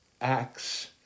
acts